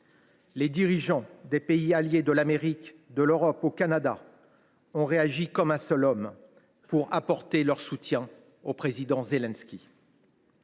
les dirigeants des pays alliés de l’Amérique ont réagi comme un seul homme pour apporter leur soutien au président Zelensky,